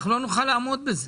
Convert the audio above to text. אנחנו לא נוכל לעמוד בזה.